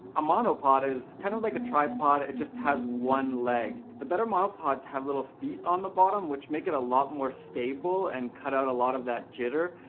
a monopod is kind of like a tripod, it just has one leg. the better monopods have little feet on the bottom, which make it a lot more stable, and cut out a lot of that jitter,